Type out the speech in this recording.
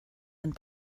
and